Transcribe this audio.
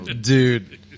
Dude